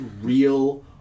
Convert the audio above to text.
real